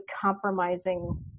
compromising